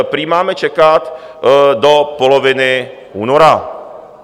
Prý máme čekat do poloviny února.